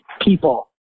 people